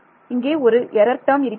இங்கே ஒரு error term இருக்கிறது